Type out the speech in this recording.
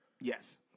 Yes